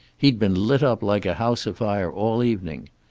he'd been lit up like a house afire all evening.